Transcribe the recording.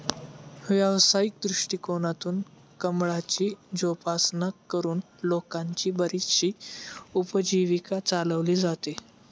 व्यावसायिक दृष्टिकोनातून कमळाची जोपासना करून लोकांची बरीचशी उपजीविका चालवली जाते